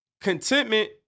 contentment